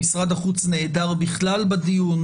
משרד החוץ נעדר בכלל בדיון.